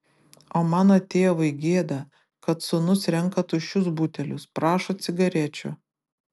o mano tėvui gėda kad sūnus renka tuščius butelius prašo cigarečių